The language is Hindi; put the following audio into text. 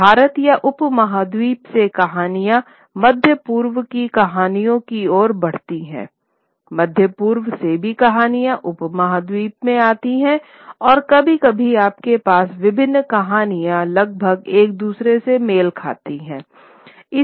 भारत या उपमहाद्वीप से कहानियाँ मध्य पूर्व की कहानियों की ओर बढ़ती है मध्य पूर्व से भी कहानियाँ उपमहाद्वीप में आती हैं और कभी कभी आपके पास विभिन्न कहानियां लगभग एक दूसरे से मेल खाती होंगी